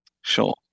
Sure